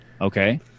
Okay